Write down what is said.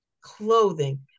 clothing